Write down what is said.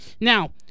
Now